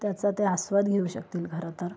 त्याचा ते आस्वाद घेऊ शकतील खरं तर